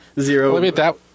zero